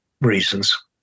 reasons